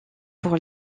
pour